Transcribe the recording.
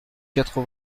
quatre